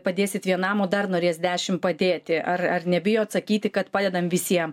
padėsit vienam o dar norės dešim padėti ar ar nebijot sakyti kad padedam visiem